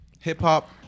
hip-hop